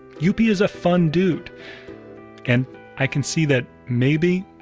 youppi! is a fun dude and i can see that maybe,